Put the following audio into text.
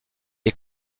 est